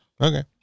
Okay